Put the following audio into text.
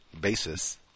basis